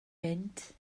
mynd